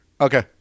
Okay